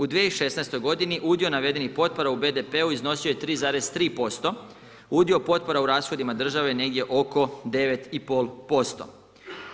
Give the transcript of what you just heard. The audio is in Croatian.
U 2016. godini udio navedenih potpora u BDP-u iznosio je 3,3%, udio potpora u rashodima države negdje oko 9,5%